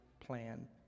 plan